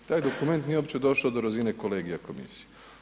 Taj dokument nije uopće došao do razine kolegija komisije.